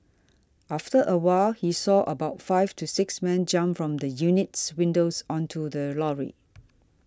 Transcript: after a while he saw about five to six men jump from the unit's windows onto the lorry